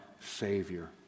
Savior